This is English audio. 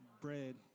bread